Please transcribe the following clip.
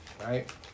right